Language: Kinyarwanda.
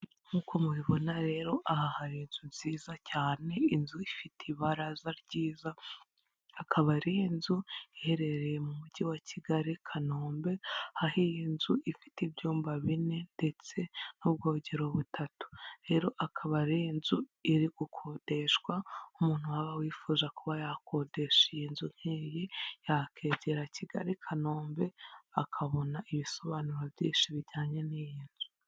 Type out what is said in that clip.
Nk'uko mubibona rero aha hari inzu nziza cyane, inzu ifite ibaraza ryiza. Akaba ari inzu iherereye mu mujyi wa Kigali-Kanombe, aho iyi nzu ifite ibyumba bine ndetse n'ubwogero butatu, rero akaba ari inzu iri gukodeshwa umuntu waba wifuza kuba yakodesha iyi nzu ikeye yakegera Kigali i Kanombe akabona ibisobanuro byinshi bijyanye n'iyi nzu.